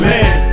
Man